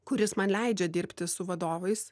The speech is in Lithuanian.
kuris man leidžia dirbti su vadovais